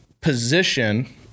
position